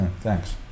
thanks